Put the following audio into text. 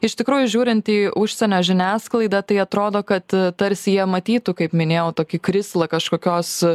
iš tikrųjų žiūrint į užsienio žiniasklaidą tai atrodo kad tarsi jie matytų kaip minėjau tokį krislą kažkokios